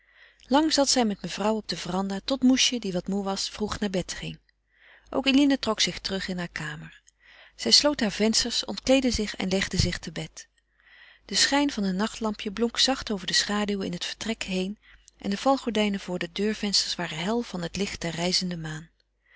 lang zat zij met mevrouw op de verandah tot moesje die wat moe was vroeg naar bed ging ook eline trok zich terug in hare kamer zij sloot hare vensters ontkleedde zich en legde zich te bed de schijn van een nachtlampje blonk zacht over de schaduwen in het vertrek heen en de valgordijnen voor de deurvensters waren hel van het licht der rijzende maan